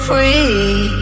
Free